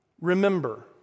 Remember